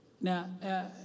Now